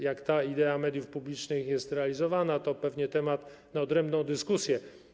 Jak idea mediów publicznych jest realizowana, to pewnie temat na odrębną dyskusję.